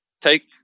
Take